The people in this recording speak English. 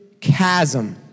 chasm